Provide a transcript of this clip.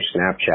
Snapchat